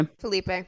felipe